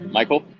Michael